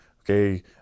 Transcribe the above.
Okay